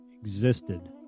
existed